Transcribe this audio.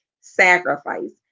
sacrifice